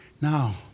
Now